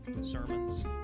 sermons